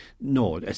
No